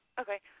Okay